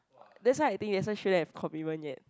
that's why I think that's why shouldn't have commitment yet